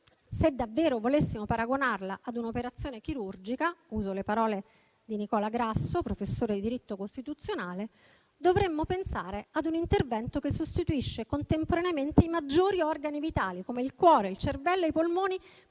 se davvero volessimo paragonarla ad un'operazione chirurgica, uso le parole di Nicola Grasso, professore di diritto costituzionale, dovremmo pensare a un intervento che sostituisce contemporaneamente i maggiori organi vitali, come il cuore, il cervello e i polmoni,